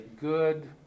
good